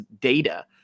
data